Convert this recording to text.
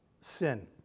sin